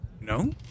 No